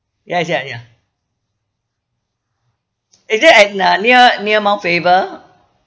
yes ya ya is that at uh near near mount faber